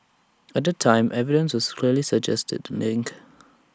at the time evidence was greatly suggested the link